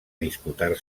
disputar